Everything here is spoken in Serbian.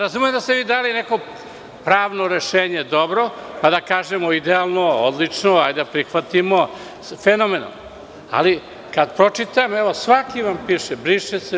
Razumem da ste vi dali neko pravno rešenje dobro pa da kažemo – idealno, odlično, hajde da prihvatimo; ali kad pročitam, evo svaki vam piše – briše se.